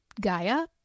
Gaia